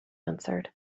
answered